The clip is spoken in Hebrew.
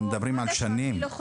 אנחנו מדברים על שנים.